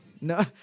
No